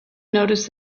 noticed